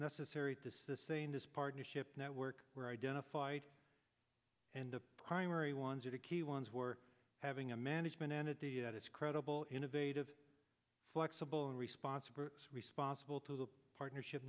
necessary to sustain this partnership network were identified and the primary ones are key ones for having a management entity that is credible innovative flexible and responsible or responsible to the partnership